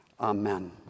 amen